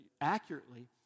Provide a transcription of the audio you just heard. accurately